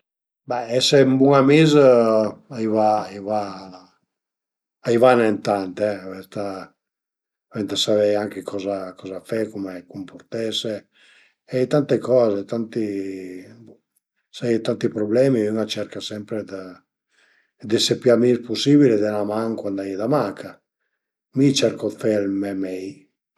Persunagi storich ch'a m'pias, ch'al e piazüme, Garibaldi, Garibaldi perché al a fait tante coze e pöi al a ünificà l'Italia, al a cumandà d'ezercit ecesiunai ch'al an fait tante coze bele, comuncue secund mi al e l'ünich ch'al a salvà l'Italia, dizuma parei